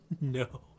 No